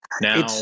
now